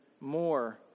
more